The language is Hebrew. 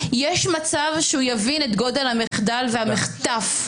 יש מצב שהוא יבין את גודל המחדל והמחטף.